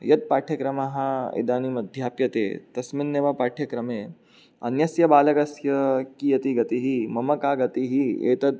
यत् पाठ्यक्रमः इदानीम् अध्याप्यते तस्मिन्नेव पाठ्यक्रमे अन्यस्य बालकस्य कियती गतिः मम का गतिः एतत्